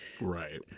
Right